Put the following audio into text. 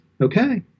okay